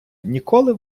ніколи